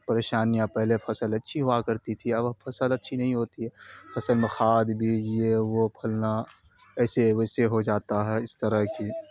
پریشانیاں پہلے فصل اچھی ہوا کرتی تھی اب فصل اچھی نہیں ہوتی ہے فصل میں کھاد بیج یہ وہ پھلنا ایسے ویسے ہو جاتا ہے اس طرح کی